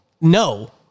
No